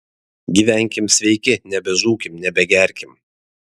gyvenkim sveiki nebežūkim nebegerkim